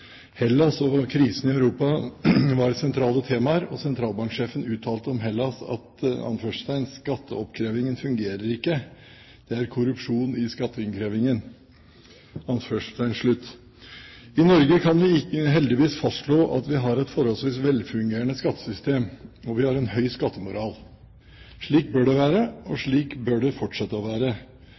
Hellas og krisen i Europa var sentrale temaer, og sentralbanksjefen uttalte om Hellas følgende: «Skatteinnkrevingen fungerer ikke. Det er korrupsjon i skatteinnkrevingen.» I Norge kan vi heldigvis fastslå at vi har et forholdsvis velfungerende skattesystem, og vi har en høy skattemoral. Slik bør det være, og det må vi jobbe for at det skal fortsette å være.